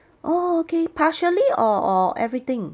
oh okay partially or or everything